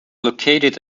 located